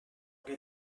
elle